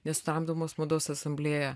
nesutramdomos mados asamblėja